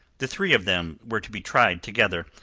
the three of them were to be tried together,